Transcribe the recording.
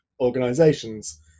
organizations